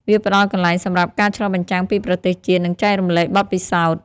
វាផ្តល់កន្លែងសម្រាប់ការឆ្លុះបញ្ចាំងពីប្រទេសជាតិ និងចែករំលែកបទពិសោធន៍។